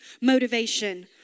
motivation